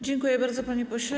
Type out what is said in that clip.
Dziękuję bardzo, panie pośle.